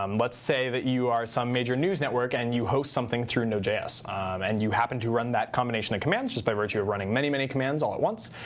um let's say that you are some major news network and you host something through node js and you happen to run that combination of commands just by virtue of running many, many commands all at once.